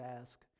ask